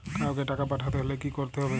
কাওকে টাকা পাঠাতে হলে কি করতে হবে?